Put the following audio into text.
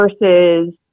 versus